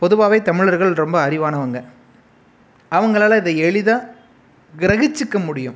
பொதுவாகவே தமிழர்கள் ரொம்ப அறிவானவங்க அவங்களால் அதை எளிதாக கிரகிச்சிக்க முடியும்